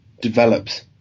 develops